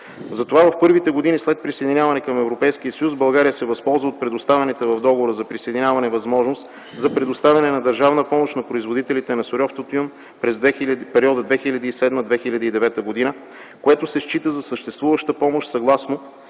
Затова в първите години след присъединяване към Европейския съюз България се възползва от предоставената в Договора за присъединяване възможност за предоставяне на държавна помощ на производителите на суров тютюн през периода 2007-2009 г., което се счита за съществуваща помощ съгласно